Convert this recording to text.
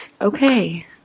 Okay